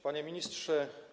Panie Ministrze!